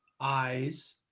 eyes